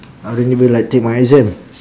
I didn't even like take my exam